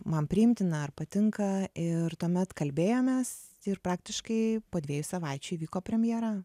man priimtina ar patinka ir tuomet kalbėjomės ir praktiškai po dviejų savaičių įvyko premjera